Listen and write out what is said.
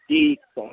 जी sir